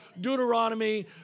Deuteronomy